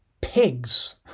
Pigs